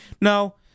No